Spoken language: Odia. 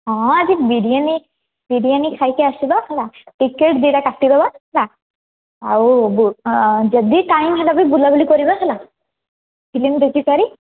ହଁ ଆଜି ବିରିୟାନୀ ବିରିୟାନୀ ଖାଇକି ଆସିବା ହେଲା ଟିକେଟ୍ ଦୁଇଟା କାଟିଦେବା ହେଲା ଆଉ ବୁଲ ଯଦି ଟାଇମ୍ ହେଲା ପରେ ବୁଲାବୁଲି କରିବା ହେଲା ଫିଲ୍ମ ଦେଖିସାରି